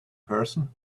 person